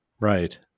Right